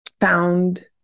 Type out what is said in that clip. found